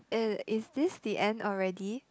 uh is this the end already